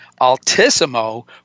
Altissimo